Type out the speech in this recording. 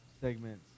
segments